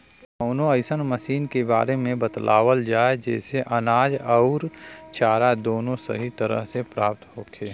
कवनो अइसन मशीन के बारे में बतावल जा जेसे अनाज अउर चारा दोनों सही तरह से प्राप्त होखे?